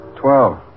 Twelve